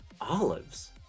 olives